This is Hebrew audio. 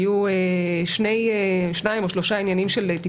היו שניים או שלושה עניינים של תיקונים.